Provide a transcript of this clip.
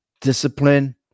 discipline